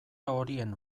horien